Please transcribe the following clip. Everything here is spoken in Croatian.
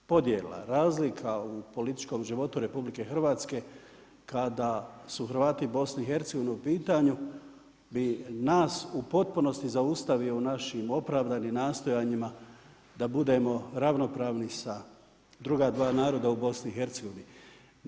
Nastavak podjela razlika u političkom životu RH kada su Hrvati BiH-a u pitanju bi nas u potpunosti zaustavio u našim opravdanim nastojanjima da budemo ravnopravni sa druga dva naroda u BiH-u.